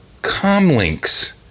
Comlinks